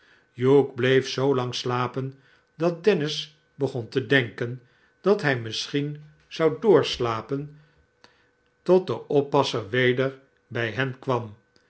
hugh bleef zoolang slapen dat dennis begon te denken dat hij misschien zou doorslapen tot de oppasser weder bij hen kwam